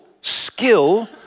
skill